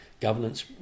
governance